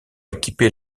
équiper